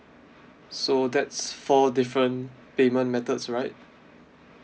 so that's four different payment methods right